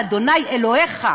מה' אלוהיך.